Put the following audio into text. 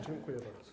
Dziękuję bardzo.